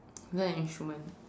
learn an instrument